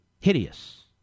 hideous